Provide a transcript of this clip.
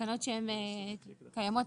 תקנות קיימות.